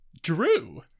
Drew